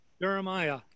Jeremiah